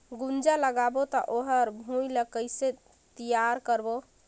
गुनजा लगाबो ता ओकर भुईं ला कइसे तियार करबो?